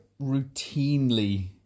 routinely